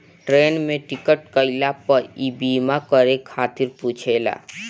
train में ticket कईला पअ इ बीमा करे खातिर पुछेला